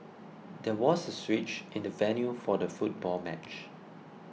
there was switch in the venue for the football match